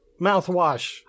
mouthwash